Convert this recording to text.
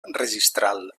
registral